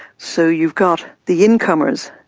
so you've got the incomers,